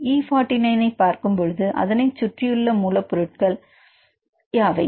E 49 பார்க்கும் பொழுது அதனைச் சுற்றியுள்ள மூலப் பொருட்கள் எவை